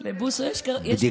זה בוסו, לבוסו יש כפתור.